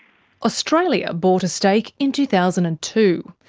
australia bought a stake in two thousand and two.